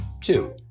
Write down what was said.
Two